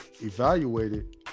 evaluated